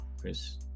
Chris